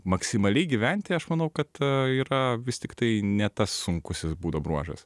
maksimaliai gyventi aš manau kad yra vis tiktai ne tas sunkusis būdo bruožas